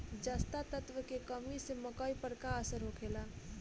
जस्ता तत्व के कमी से मकई पर का असर होखेला?